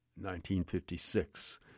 1956